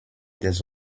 des